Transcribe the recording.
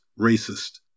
racist